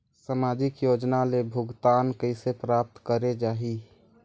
समाजिक योजना ले भुगतान कइसे प्राप्त करे जाहि?